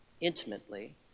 intimately